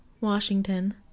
washington